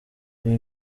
ibi